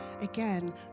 again